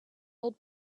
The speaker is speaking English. old